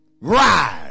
rise